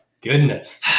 goodness